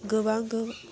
गोबां